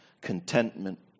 contentment